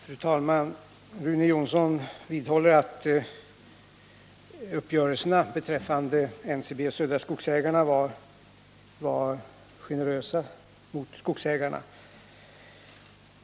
Fru talman! Rune Jonsson vidhåller att uppgörelserna beträffande NCB och Södra Skogsägarna var generösa mot skogsägarna.